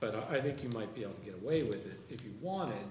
but i think you might be able to get away with it if you want